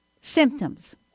Symptoms